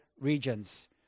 regions